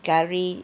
curry